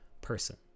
person